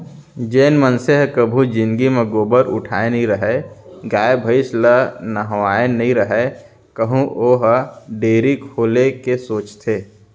जेन मनसे ह कभू जिनगी म गोबर उठाए नइ रहय, गाय भईंस ल नहवाए नइ रहय वहूँ ह डेयरी खोले के सोचथे